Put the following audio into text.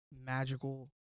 magical